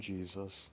Jesus